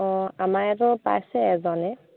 অঁ আমাৰ ইয়াতো পাইছে এজনে